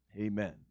Amen